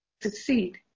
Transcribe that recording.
succeed